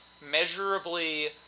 measurably